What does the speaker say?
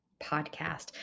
Podcast